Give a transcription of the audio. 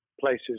places